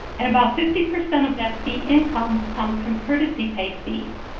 and about fifty percent of that fee income comes from courtesy pay fees.